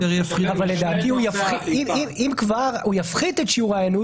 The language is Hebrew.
אבל לדעתי אם כבר הוא יפחית את שיעור ההיענות